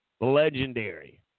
legendary